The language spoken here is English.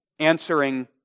answering